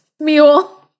mule